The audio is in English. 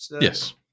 Yes